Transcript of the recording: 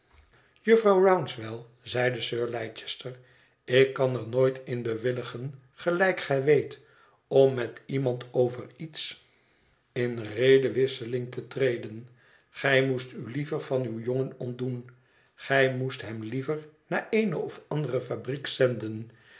jufvrouw rouncewell zeidesir leicester ik kan er nooit in bewillligen gelijk gij weet om met iemand over iets in redewisseling te treden gij moest u liever van uw jongen ontdoen gij moest hem liever naar eene of andere fabriek zenden